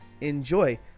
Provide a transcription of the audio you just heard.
enjoy